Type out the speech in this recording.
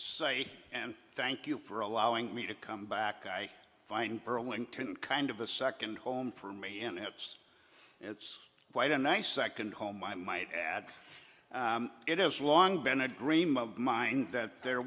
and thank you for allowing me to come back i find burlington kind of a second home for me in it's it's quite a nice second home i might add it has long been a dream of mine that there